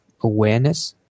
awareness